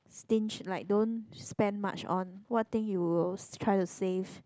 stinge like don't spend much on what thing you will try to save